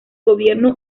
gobierno